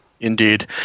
Indeed